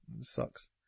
Sucks